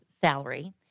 salary